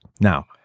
Now